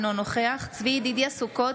אינו נוכח צבי ידידיה סוכות,